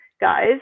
guys